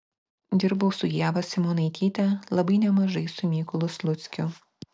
dirbau su ieva simonaityte labai nemažai su mykolu sluckiu